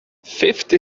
fifty